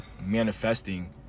manifesting